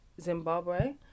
zimbabwe